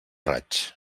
raig